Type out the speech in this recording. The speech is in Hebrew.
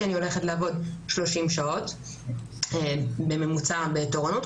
כי אני הולכת לעבוד 30 שעות בממוצע בתורנות,